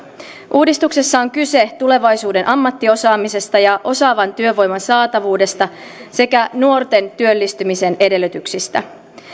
uudistuksessa on kyse tulevaisuuden ammattiosaamisesta ja osaavan työvoiman saatavuudesta sekä nuorten työllistymisen edellytyksistä